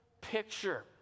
picture